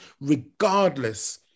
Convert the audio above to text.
regardless